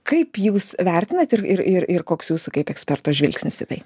kaip jūs vertinat ir ir ir ir koks jūsų kaip eksperto žvilgsnis į tai